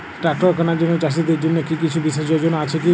Tractor কেনার জন্য চাষীদের জন্য কী কিছু বিশেষ যোজনা আছে কি?